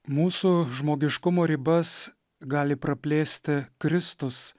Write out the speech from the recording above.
mūsų žmogiškumo ribas gali praplėsti kristus